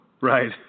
Right